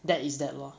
that is that lor